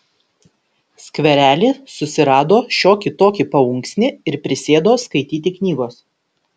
skverely susirado šiokį tokį paunksnį ir prisėdo skaityti knygos